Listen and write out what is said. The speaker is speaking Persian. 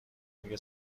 میگه